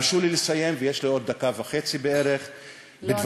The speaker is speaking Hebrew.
הרשו לי לסיים, ויש לי עוד דקה וחצי בערך, לא.